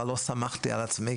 אבל לא סמכתי על עצמי,